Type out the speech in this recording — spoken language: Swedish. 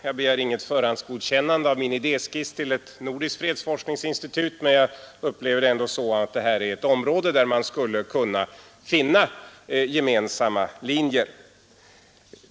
Jag begär inget förhandsgodkännande av min idéskiss till ett nordiskt fredsforskningsinstitut, men jag upplever det ändå så att här är ett område där man skulle kunna finna gemensamma linjer.